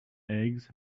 eggs